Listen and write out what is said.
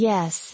Yes